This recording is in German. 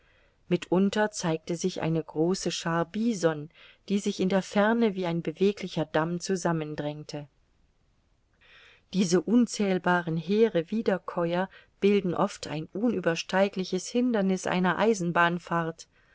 mitunter zeigte sich eine große schar bison die sich in der ferne wie ein beweglicher damm zusammendrängte diese unzählbaren heere wiederkäuer bilden oft ein unübersteigliches hinderniß einer eisenbahnfahrt